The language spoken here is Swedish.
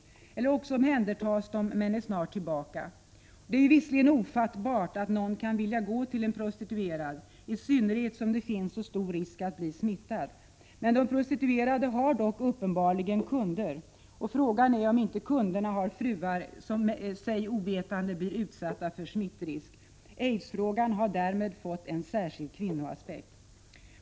Eller också omhändertas de. Men de är snart tillbaka. Det är visserligen ofattbart att någon vill gå till en prostituerad, i synnerhet som smittrisken är så stor. De prostituerade har dock uppenbarligen kunder. Frågan är om inte kunderna har fruar som sig ovetande blir utsatta för smittrisk. Aidsfrågan har därmed fått en särskild kvinnoaspekt.